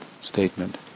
statement